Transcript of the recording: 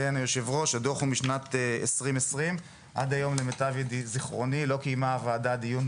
הכבדים בשנת 2002. חלק גדול מההמלצות טרם יושם.